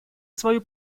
свою